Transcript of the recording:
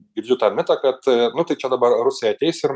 girdžiu tą mitą kad nu tai čia dabar rusai ateis ir